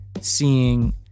seeing